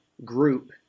group